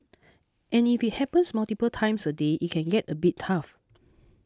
and if it happens multiple times a day it can get a bit tough